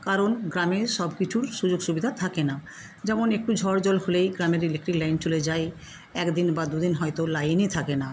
কারণ গ্রামে সব কিছুর সুযোগ সুবিধা থাকে না যেমন একটু ঝড় জল হলেই গ্রামের ইলেকট্রিক লাইন চলে যায় এক দিন বা দুদিন হয়তো লাইনই থাকে না